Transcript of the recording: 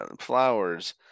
Flowers